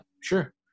sure